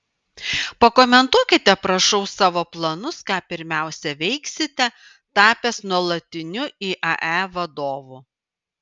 pakomentuokite prašau savo planus ką pirmiausia veiksite tapęs nuolatiniu iae vadovu